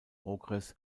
okres